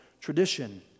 tradition